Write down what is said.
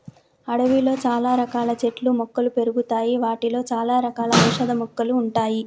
అడవిలో చాల రకాల చెట్లు మొక్కలు పెరుగుతాయి వాటిలో చాల రకాల ఔషధ మొక్కలు ఉంటాయి